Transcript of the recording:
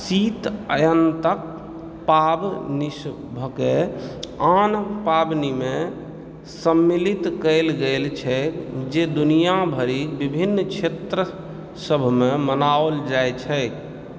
शीत अयनन्तक पाबनिसभके आन पाबनिमे सम्मिलित कयल गेल छैक जे दुनिआँ भरिक विभिन्न क्षेत्रसभमे मनाओल जाइत छैक